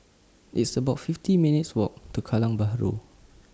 It's about fifty minutes' Walk to Kallang Bahru